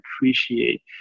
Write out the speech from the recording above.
appreciate